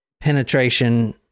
penetration